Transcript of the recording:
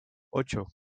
ocho